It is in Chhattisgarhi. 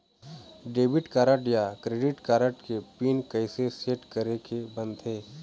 डेबिट कारड या क्रेडिट कारड के पिन कइसे सेट करे के बनते?